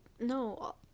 No